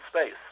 space